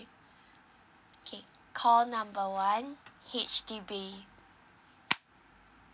okay call number one H_D_B